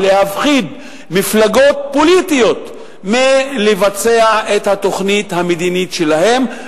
ולהפחיד מפלגות פוליטיות מלבצע את התוכנית המדינית שלהן,